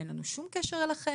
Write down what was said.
אין לנו שום קשר אליכם,